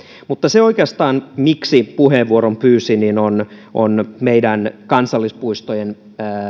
mutta se miksi oikeastaan puheenvuoron pyysin on on meidän kansallispuistojemme